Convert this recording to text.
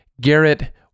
Garrett